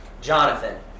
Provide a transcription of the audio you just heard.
Jonathan